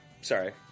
Sorry